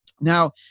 Now